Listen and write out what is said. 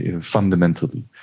fundamentally